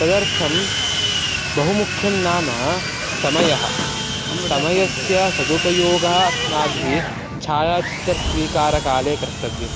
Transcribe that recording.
तदर्थं बहु मुख्यं नाम समयः समयस्य सदुपयोगः अस्माभिः छायाचित्रस्वीकारकाले कर्तव्यं